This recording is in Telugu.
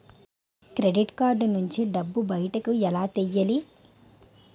క్రెడిట్ కార్డ్ నుంచి డబ్బు బయటకు ఎలా తెయ్యలి?